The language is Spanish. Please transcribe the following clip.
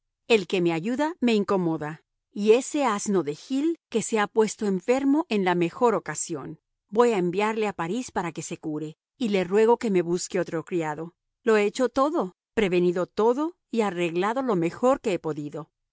el que me ayuda me incomoda y ese asno de gil que se ha puesto enfermo en la mejor ocasión voy a enviarle a parís para que se cure y le ruego que me busque otro criado lo he hecho todo prevenido todo y arreglado lo mejor que he podido